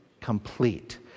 complete